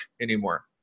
anymore